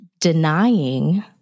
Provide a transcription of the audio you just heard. denying